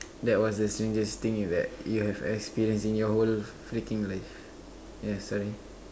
that was the strangest thing you have you have experience in your whole freaking life